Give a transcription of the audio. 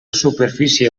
superfície